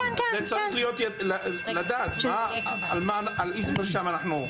צריך לדעת על איזה מרשם מדובר,